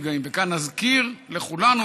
אתה רוצה לדבר על בגין?